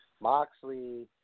Moxley